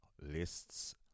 lists